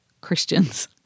Christians